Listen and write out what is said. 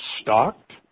stocked